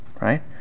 right